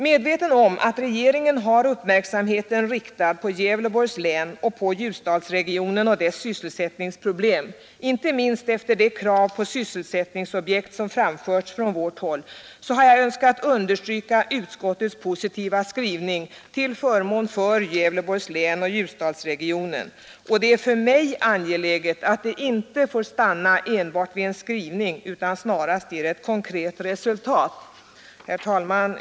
Medveten om att regeringen har uppmärksamheten riktad på Gävleborgs län och på Ljusdalsregionen och dess sysselsättningsproblem — inte minst efter de krav på sysselsättningsobjekt som framförts från vårt håll — har jag önskat understryka utskottets positiva skrivning till förmån för Gävleborgs län och Ljusdalsregionen. Det är för mig angeläget att det inte får stanna enbart vid en skrivning utan snarast ger ett konkret resultat. Herr talman!